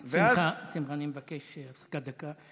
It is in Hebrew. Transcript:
שמחה, אני מבקש הפסקה דקה.